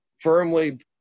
firmly